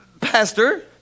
Pastor